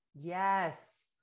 Yes